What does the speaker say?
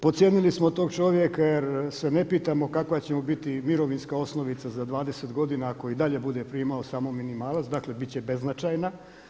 Podcijenili smo tog čovjeka jer se ne pitamo kakva će mu biti mirovinska osnovica za dvadeset godina ako i dalje bude primao samo minimalac, dakle, bit će beznačajna.